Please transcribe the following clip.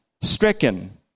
stricken